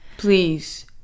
Please